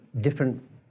different